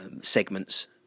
segments